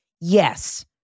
Yes